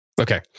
Okay